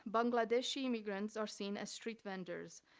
bangladeshi immigrants are seen as street vendors,